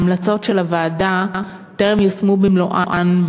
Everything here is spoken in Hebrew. המלצות הוועדה טרם יושמו במלואן,